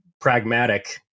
pragmatic